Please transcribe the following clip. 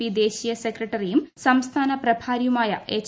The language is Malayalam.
പി ദേശീയ സെക്രട്ടറിയും സംസ്ഥാന പ്രഭാരിയുമായ എച്ച്